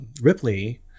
Ripley